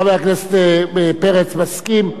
חבר הכנסת פרץ מסכים.